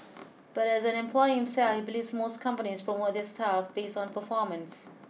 but as an employer himself he believes most companies promote their staff based on performance